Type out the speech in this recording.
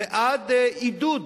ועד עידוד